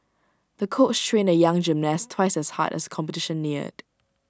the coach trained the young gymnast twice as hard as the competition neared